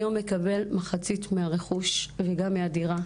היום מקבל מחצית מהרכוש וגם מהדירה,